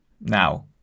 now